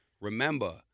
Remember